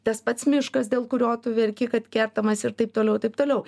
tas pats miškas dėl kurio tu verki kad kertamas ir taip toliau ir taip toliau